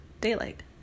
daylight